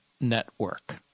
network